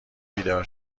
بیدار